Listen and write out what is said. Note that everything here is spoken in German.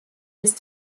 ist